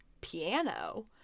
piano